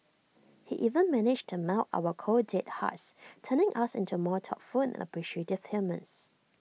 he even managed to melt our cold dead hearts turning us into more thoughtful and appreciative humans